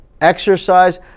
Exercise